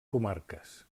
comarques